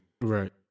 Right